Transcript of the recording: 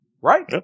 right